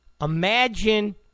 Imagine